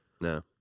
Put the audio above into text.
no